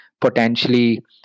potentially